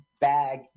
Bag